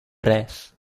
res